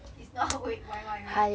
it's not wait why why wait